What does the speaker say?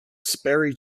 sperry